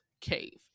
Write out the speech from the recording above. cave